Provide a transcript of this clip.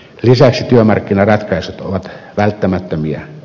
lisäksi työmarkkinaratkaisut ovat välttämättömiä